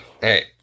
Hey